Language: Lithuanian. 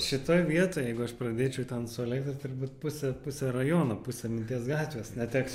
šitoj vietoj jeigu aš pradėčiau ten su elektra turbūt pusė pusė rajono pusė minties gatvės neteks